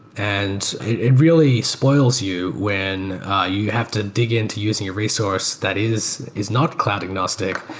and it really spoils you when you have to dig into using a resource that is is not cloud agnostic,